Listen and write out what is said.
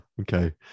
okay